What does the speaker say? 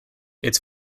its